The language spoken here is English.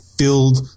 Filled